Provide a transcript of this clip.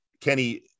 Kenny